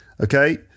Okay